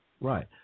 Right